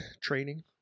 training